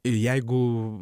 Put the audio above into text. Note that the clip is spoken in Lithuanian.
ir jeigu